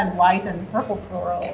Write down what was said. and white and purple florals.